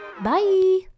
Bye